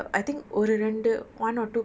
so நா:naa scooter எடுத்தோனே:eduthonai